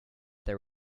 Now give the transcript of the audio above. there